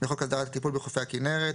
תיקון חוק הסדרת הטיפול בחופי הכנרת,